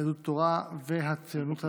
יהדות התורה והציונות הדתית.